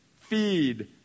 Feed